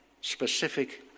specific